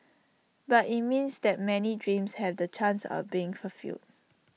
but IT means that many dreams have the chance of being fulfilled